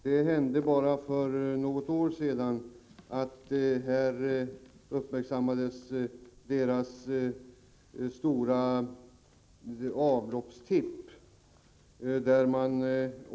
Det hände bara för något år sedan att deras stora avloppstipp uppmärksammades.